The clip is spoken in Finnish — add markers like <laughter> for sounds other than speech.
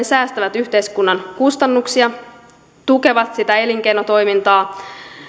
<unintelligible> säästävät yhteiskunnan kustannuksia tukevat sitä elinkeinotoimintaa jolloin